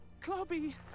clubby